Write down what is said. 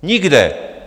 Nikde.